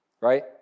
right